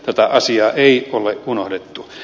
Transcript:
tätä asiaa ei ole unohdettu